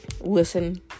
listen